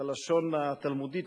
בלשון התלמודית,